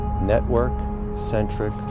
Network-centric